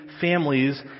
families